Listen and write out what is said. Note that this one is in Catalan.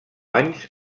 anys